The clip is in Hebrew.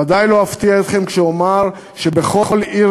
ודאי לא אפתיע אתכם כשאומר שבכל עיר